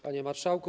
Panie Marszałku!